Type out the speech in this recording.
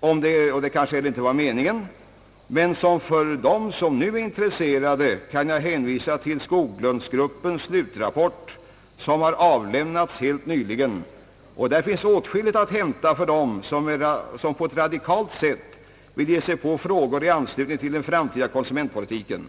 och det kanske inte heller var meningen, men för dem som nu är intresserade kan jag hänvisa till Skoglundsgruppens slutrapport som har avlämnats helt nyligen. Där finns åtskilligt att hämta för dem som på ett radikalt sätt vill ge sig på frågor i anslutning till den framtida konsumentpolitiken.